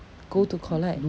go to collect